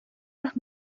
las